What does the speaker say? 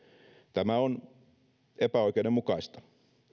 tämä on epäoikeudenmukaista